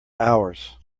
hours